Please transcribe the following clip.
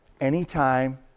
anytime